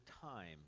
time